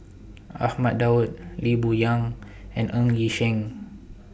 Ahmad Daud Lee Boon Yang and Ng Yi Sheng